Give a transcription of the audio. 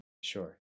Sure